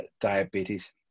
diabetes